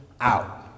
out